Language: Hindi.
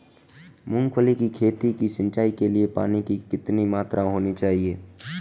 मूंगफली की खेती की सिंचाई के लिए पानी की कितनी मात्रा होनी चाहिए?